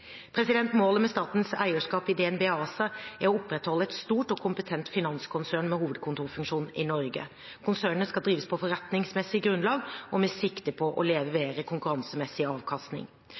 Målet med statens eierskap i DNB ASA er å opprettholde et stort og kompetent finanskonsern med hovedkontorfunksjon i Norge. Konsernet skal drives på forretningsmessig grunnlag og med sikte på å levere konkurransemessig avkastning.